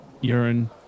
urine